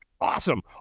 awesome